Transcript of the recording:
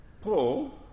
Paul